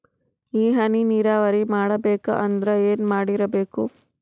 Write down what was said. ಈ ಹನಿ ನೀರಾವರಿ ಮಾಡಬೇಕು ಅಂದ್ರ ಏನ್ ಮಾಡಿರಬೇಕು?